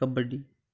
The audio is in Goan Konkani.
कबड्डी